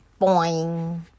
boing